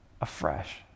afresh